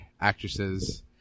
actresses